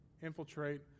infiltrate